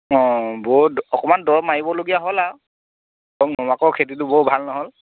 অঁ বহুত অকমান দৰৱ মাৰিবলগীয়া হ'ল আৰু নহ'লে আকৌ খেতিটো বৰ ভাল নহ'ল